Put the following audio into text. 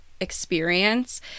experience